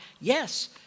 yes